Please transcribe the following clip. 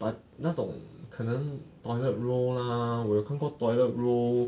but 那种可能 toilet roll lah 我有看过 toilet roll